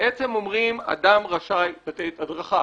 אומרים שאדם רשאי לתת הדרכה,